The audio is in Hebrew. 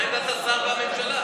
מה עמדת השר והממשלה?